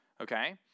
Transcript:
okay